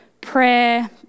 prayer